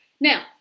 Now